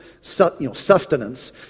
sustenance